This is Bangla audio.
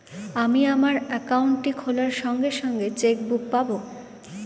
আমি আমার একাউন্টটি খোলার সঙ্গে সঙ্গে চেক বুক পাবো?